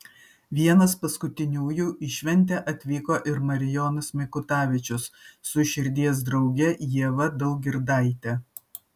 vienas paskutiniųjų į šventę atvyko ir marijonas mikutavičius su širdies drauge ieva daugirdaite